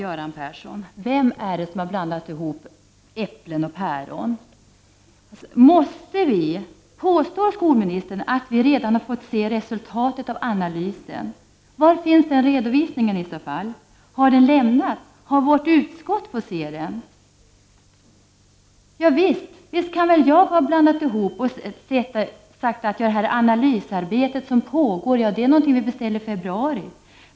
Fru talman! Vem är det som har blandat ihop äpplen och päron, Göran Persson? Påstår verkligen skolministern att vi redan har fått se resultatet av analysen? Var finns i så fall den redovisningen? Har den lämnats, och har vårt utskott fått se den? Visst kan jag ha gjort en sammanblandning när jag har sagt att det analysarbete som pågår beställdes i februari.